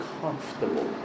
comfortable